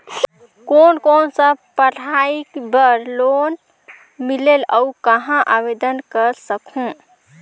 कोन कोन सा पढ़ाई बर लोन मिलेल और कहाँ आवेदन कर सकहुं?